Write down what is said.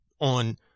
on